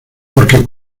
porque